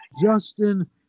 Justin